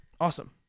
Awesome